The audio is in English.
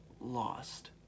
lost